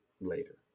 later